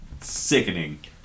Sickening